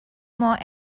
more